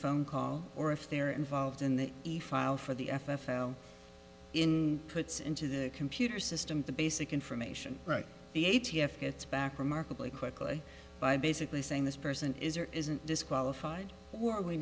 phone call or if they're involved in the file for the f f l puts into their computer system the basic information right the a t f gets back remarkably quickly by basically saying this person is or isn't disqualified or we